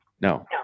No